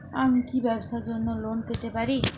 আমি কি ব্যবসার জন্য লোন পেতে পারি?